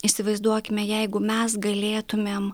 įsivaizduokime jeigu mes galėtumėm